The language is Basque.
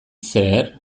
zer